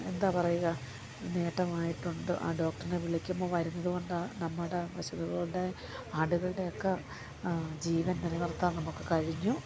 എന്താണ് പറയുക നേട്ടമായിട്ടുണ്ട് ആ ഡോക്ട്രിനെ വിളിക്കുമ്പോള് വരുന്നത് കൊണ്ടാണ് നമ്മുടെ പശുക്കളുടെ ആടുകളുടെ ഒക്കെ ജീവൻ നിലനിർത്താൻ നമുക്ക് കഴിഞ്ഞു